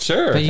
Sure